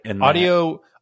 Audio